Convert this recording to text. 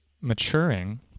maturing